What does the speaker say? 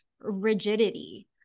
rigidity